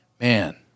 man